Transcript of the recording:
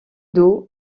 d’eau